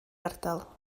ardal